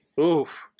Oof